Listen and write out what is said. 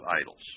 idols